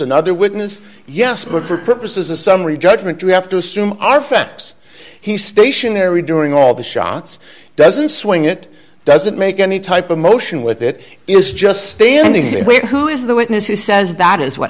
another witness yes but for purposes a summary judgment you have to assume are facts he stationary during all the shots doesn't swing it doesn't make any type of motion with it is just standing there who is the witness who says that is what